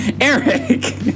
eric